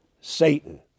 Satan